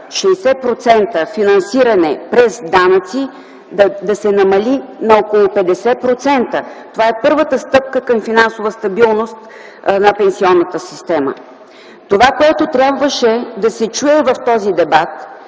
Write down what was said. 60% финансиране през данъци да се намали на около 50%. Това е първата стъпка към финансова стабилност на пенсионната система. Това, което трябваше да се чуе в този дебат,